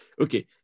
Okay